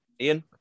Ian